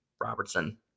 Robertson